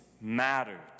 mattered